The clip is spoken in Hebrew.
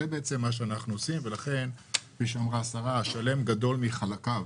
כפי שאמרה השרה, השלם גדול מחלקיו.